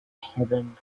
heron